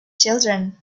children